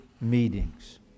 meetings